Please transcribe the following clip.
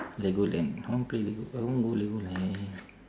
legoland I want play lego~ I want go legoland